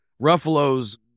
Ruffalo's